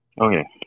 Okay